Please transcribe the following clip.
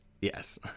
Yes